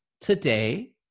Today